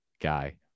guy